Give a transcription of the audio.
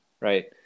Right